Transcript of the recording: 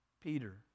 Peter